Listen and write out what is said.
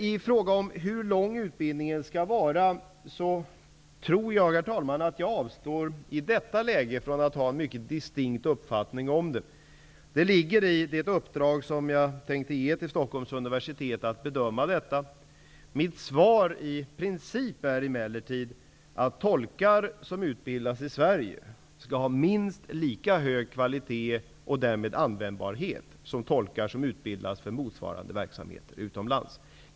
I fråga om hur lång utbildningen skall vara tror jag, herr talman, att jag i detta läge avstår från att ha någon mycket distinkt uppfattning. Det ligger i det uppdrag som jag tänker ge till Stockholms universitet att man där skall bedöma detta. Mitt svar är emellertid i princip att tolkar som utbildas i Sverige skall ha minst lika hög kvalitet och därmed användbarhet som tolkar som utbildas för motsvarande verksamheter utomlands.